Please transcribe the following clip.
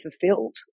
fulfilled